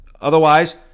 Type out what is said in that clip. Otherwise